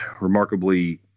remarkably